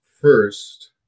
first